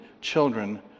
children